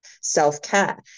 self-care